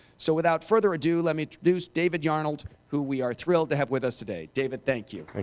so without further ado, let me introduce david yarnold who we are thrilled to have with us today. david, thank you.